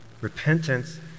Repentance